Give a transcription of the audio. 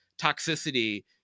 toxicity